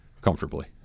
Comfortably